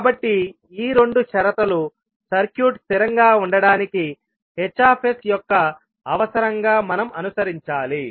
కాబట్టి ఈ రెండు షరతులు సర్క్యూట్ స్థిరంగా ఉండటానికి Hయొక్క అవసరంగా మనం అనుసరించాలి